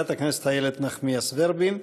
חברת הכנסת איילת נחמיאס ורבין.